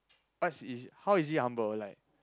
what's is how is he humble like